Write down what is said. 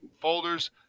folders